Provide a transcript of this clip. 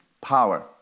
power